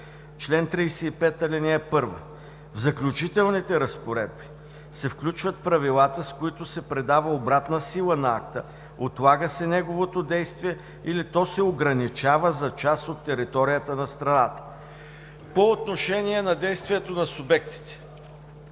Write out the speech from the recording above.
Чл. 35, ал. 1. В заключителните разпоредби се включват правилата, с които се придава обратна сила на акта, отлага се неговото действие или то се ограничава за част от територията на страната“. По отношение на действието на субектите.